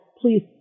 please